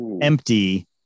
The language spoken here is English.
empty